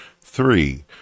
three